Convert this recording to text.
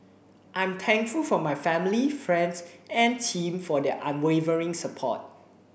I'm thankful for my family friends and team for their unwavering support